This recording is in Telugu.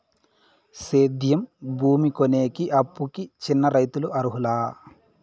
సేద్యం భూమి కొనేకి, అప్పుకి చిన్న రైతులు అర్హులా?